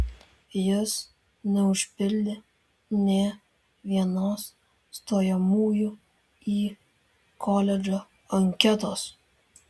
jis neužpildė nė vienos stojamųjų į koledžą anketos